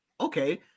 okay